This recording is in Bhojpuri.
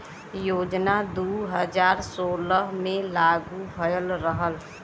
योजना दू हज़ार सोलह मे लागू भयल रहल